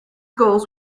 goals